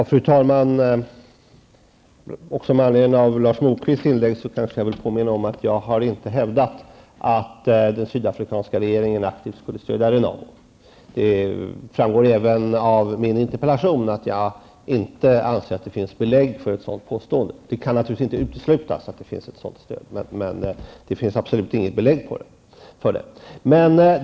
Fru talman! Också med anledning av Lars Moquists inlägg vill jag påminna om att jag inte har hävdat att den sydafrikanska regeringen aktivt skulle stödja Renamo. Det framgår även av min interpellation att jag inte anser att det finns belägg för ett sådant påstående. Det kan naturligtvis inte uteslutas, men det finns absolut inget belägg för det.